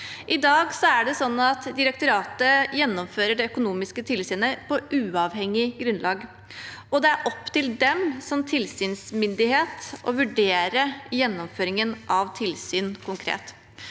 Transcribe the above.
I dag gjennomfører direktoratet det økonomiske tilsynet på uavhengig grunnlag, og det er opp til dem som tilsynsmyndighet å vurdere gjennomføringen av tilsyn